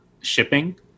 shipping